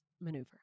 maneuver